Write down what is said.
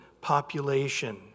population